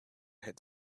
had